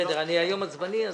בסדר, אני היום עצבני...